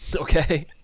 Okay